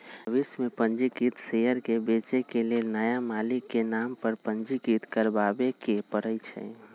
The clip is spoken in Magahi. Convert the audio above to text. भविष में पंजीकृत शेयर के बेचे के लेल नया मालिक के नाम पर पंजीकृत करबाबेके परै छै